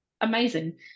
amazing